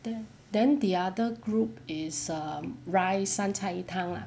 then then the other group is um rice 三菜一汤 lah